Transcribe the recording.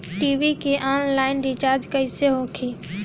TV के online recharge कैसे होखी?